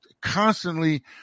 constantly